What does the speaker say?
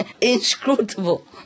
inscrutable